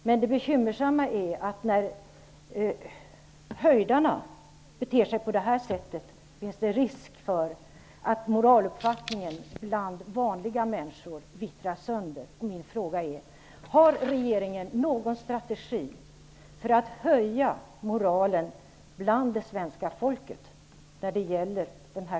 Men det bekymmersamma är att när höjdarna beter sig på det sättet finns det risk för att moraluppfattningen bland vanliga människor vittrar sönder.